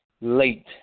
late